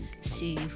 see